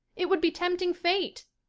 it would be tempting fate.